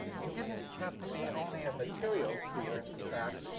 it didn't have to be only a material sphere, and in fact,